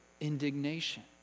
indignation